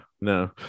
No